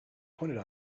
pointed